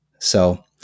So-